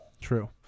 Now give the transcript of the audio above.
True